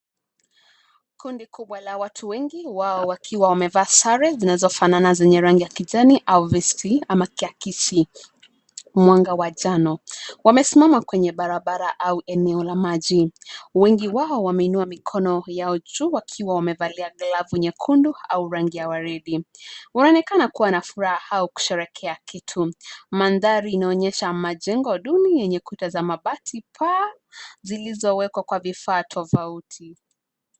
Kundi kubwa la watu wengi, wao wakiwa wameva sare zinazofanana zenye rangi ya kijani au vesti, ama kiakisi mwanga wa njano. Wamesimama kwenye barabara au eneo la maji. Wengi wao wameinua mikono yao juu wakiwa wamevalia glavu nyekundu au rangi ya waridi. Wanaonekana kuwa na furaha au kusherehekea kitu. Mandhari inaonyesha majengo duni yenye kuta za mabati paa zilizowekwa kwa vifaa tofauti.